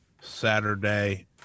Saturday